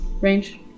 range